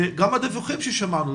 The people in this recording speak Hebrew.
גם הדיווחים ששמענו,